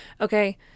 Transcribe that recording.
Okay